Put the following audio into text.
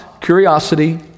curiosity